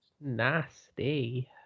Nasty